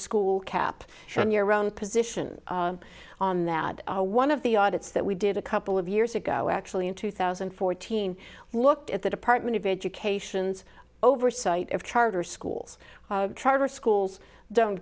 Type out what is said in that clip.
school cap from your own position on that are one of the audits that we did a couple of years ago actually in two thousand and fourteen looked at the department of education's oversight of charter schools charter schools don't